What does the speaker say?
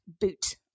boot